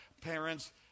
parents